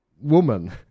woman